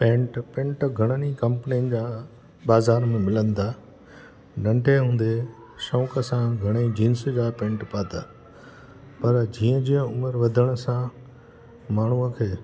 pant pant घणनि ई कंपनीयुनि जा बाज़ार में मिलनि था नंढे हूंदे शौक़ु सां घणेई जींस जा पैंट पाता पर जीअं जीअं उमिरि वधण सां माण्हूअ खे